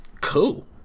cool